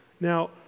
Now